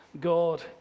God